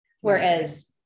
Whereas